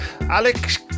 Alex